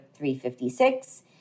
356